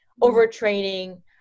overtraining